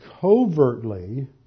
covertly